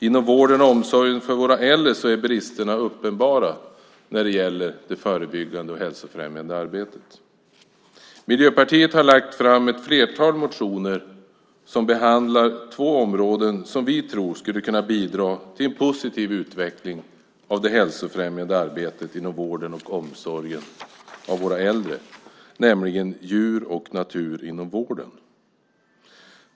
Inom vården och omsorgen för våra äldre är bristerna uppenbara när det gäller det förebyggande och hälsofrämjande arbetet. Miljöpartiet har lagt fram ett flertal motioner som behandlar två områden som vi tror skulle kunna bidra till en positiv utveckling av det hälsofrämjande arbetet inom vården av och omsorgen om våra äldre, nämligen djur och natur inom vården.